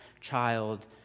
child